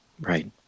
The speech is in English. Right